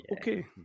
okay